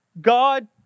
God